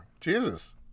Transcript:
Jesus